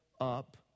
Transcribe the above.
up